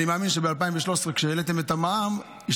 אני מאמין שכשהעליתם את המע"מ ב-2013